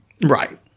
Right